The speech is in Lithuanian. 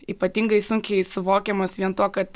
ypatingai sunkiai suvokiamas vien tuo kad